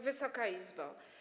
Wysoka Izbo!